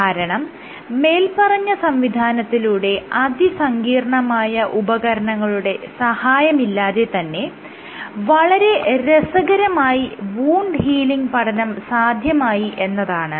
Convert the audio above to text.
കാരണം മേല്പറഞ്ഞ സംവിധാനത്തിലൂടെ അതിസങ്കീർണ്ണമായ ഉപകരണങ്ങളുടെ സഹായമില്ലാതെ തന്നെ വളരെ രസകരമായി വൂണ്ട് ഹീലിങ് പഠനം സാധ്യമായി എന്നതാണ്